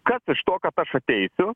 kas iš to kad aš ateisiu